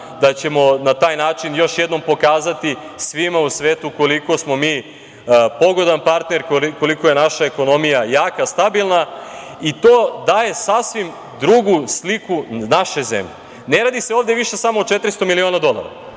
da ćemo na taj način još jednom pokazati svima u svetu koliko smo mi pogodan partner, koliko je naša ekonomija jaka, stabilna i to daje sasvim drugu sliku naše zemlje. Ne radi se ovde više samo o 400 miliona dolara.